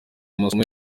amasomo